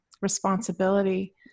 responsibility